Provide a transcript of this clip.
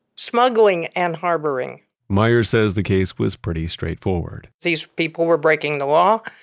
smuggling and harboring myers says the case was pretty straightforward these people were breaking the law,